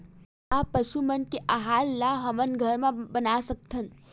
का पशु मन के आहार ला हमन घर मा बना सकथन?